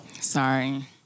Sorry